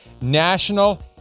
National